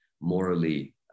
morally